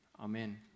amen